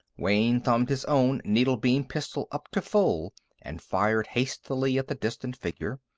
wayne thumbed his own needle-beam pistol up to full and fired hastily at the distant figure.